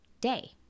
day